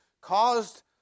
caused